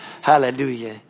Hallelujah